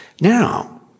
Now